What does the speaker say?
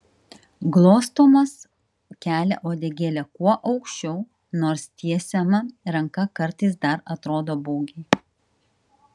glostomas kelia uodegėlę kuo aukščiau nors tiesiama ranka kartais dar atrodo baugiai